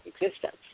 existence